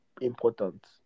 important